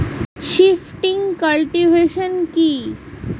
Shifting cultivation কি?